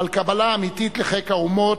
על קבלה אמיתית לחיק האומות,